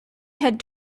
had